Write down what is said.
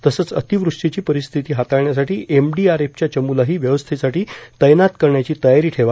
तसंच अतिव्रष्टीची परिस्थिती हाताळण्यासाठी एमडीआरएफच्या चमूलाही व्यवस्थेसाठी तैनात करण्याची तयारी ठेवा